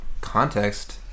context